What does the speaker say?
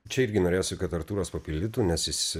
čia irgi norėjosi kad artūras papildytų nes jis